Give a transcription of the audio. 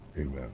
amen